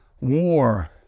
war